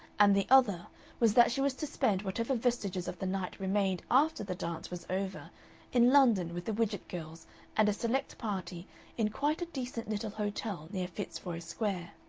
and the other was that she was to spend whatever vestiges of the night remained after the dance was over in london with the widgett girls and a select party in quite a decent little hotel near fitzroy square.